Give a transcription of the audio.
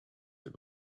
and